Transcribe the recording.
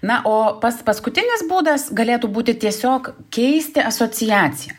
na o pats paskutinis būdas galėtų būti tiesiog keisti asociaciją